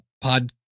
pod